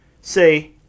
say